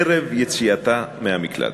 ערב יציאתה מהמקלט,